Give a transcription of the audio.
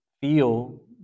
feel